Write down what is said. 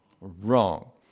wrong